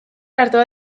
artoa